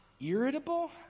irritable